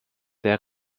der